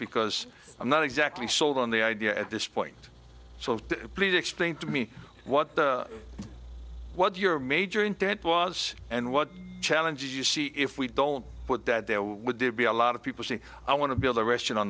because i'm not exactly sold on the idea at this point so please explain to me what what your major intent was and what challenges you see if we don't put that there would be a lot of people saying i want to build a restaurant on